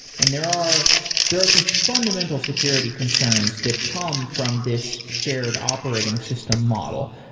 and there are there are some fundamental security concerns that come from this shared operating system model.